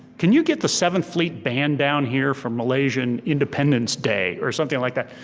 can you get the seventh fleet band down here for malaysian independence day, or something like that.